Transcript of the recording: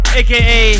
aka